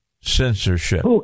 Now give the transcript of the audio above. censorship